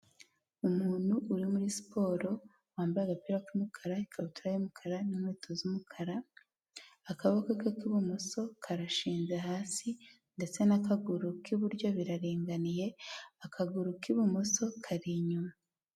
Umuntu uri muri siporo wambaye agapira k'umukara, ikakabutura y'umukara, n'inkweto z'umukara akaboko ka k'ibumoso karashinze hasi ndetse n'akaguru k'iburyo biraringaniye akaguru k'ibumoso kari inyuma.